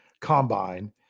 Combine